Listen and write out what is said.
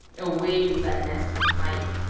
away with thy nasty pipe,